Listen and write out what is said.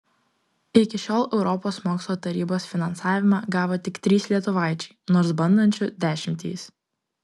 iki šiol europos mokslo tarybos finansavimą gavo tik trys lietuvaičiai nors bandančių dešimtys